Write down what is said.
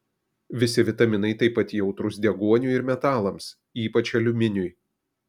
visi vitaminai taip pat jautrūs deguoniui ir metalams ypač aliuminiui